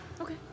Okay